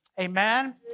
amen